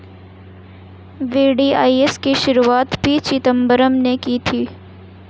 VDIS की शुरुआत P Chidambaram ने की थी